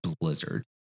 blizzard